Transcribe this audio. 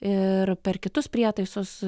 ir per kitus prietaisus